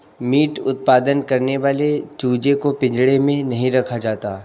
meet उत्पादन करने वाले चूजे को पिंजड़े में नहीं रखा जाता